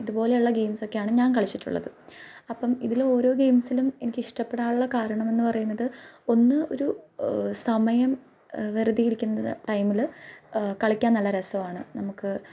ഇതുപോലെയുള്ള ഗെയിംസൊക്കെയാണ് ഞാൻ കളിച്ചിട്ടുള്ളത് അപ്പം ഇതിലോരോ ഗെയിംസിലും എനിക്ക് ഇഷ്ടപ്പെടാനുള്ള കാരണമെന്ന് പറയുന്നത് ഒന്ന് ഒരു സമയം വെറുതെയിരിക്കുന്നത് ടൈമിൽ കളിക്കാൻ നല്ല രസമാണ് നമുക്ക്